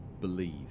Believe